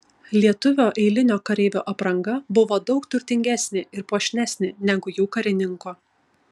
lietuvio eilinio kareivio apranga buvo daug turtingesnė ir puošnesnė negu jų karininko